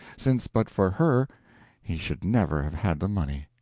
since but for her he should never have had the money.